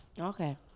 Okay